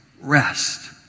rest